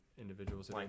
individuals